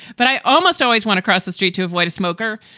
but i almost always want to cross the street to avoid a smoker.